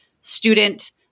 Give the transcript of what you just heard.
student